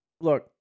look